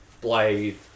Blade